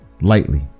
lightly